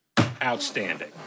Outstanding